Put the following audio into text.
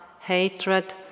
hatred